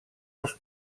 els